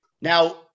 Now